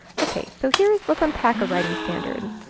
ok so here's let's unpack a writing standard.